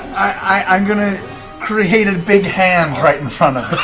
i'm going to create a big hand right in front of